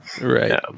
Right